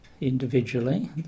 individually